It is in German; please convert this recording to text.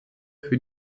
für